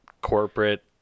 corporate